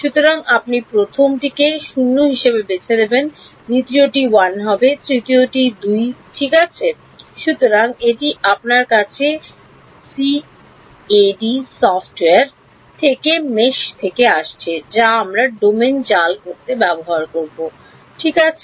সুতরাং আপনি প্রথমটিকে 0 হিসাবে বেছে নেবেন দ্বিতীয়টি 1 হবে তৃতীয়টি 2 ঠিক আছে সুতরাং এটি আপনার কাছে সিএডি সফ্টওয়্যার থেকে mesh থেকে আসছে যা আমরা ডোমেন জাল করতে ব্যবহার করব ঠিক আছে